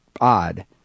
odd